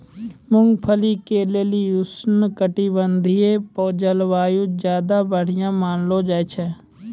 मूंगफली के लेली उष्णकटिबंधिय जलवायु ज्यादा बढ़िया मानलो जाय छै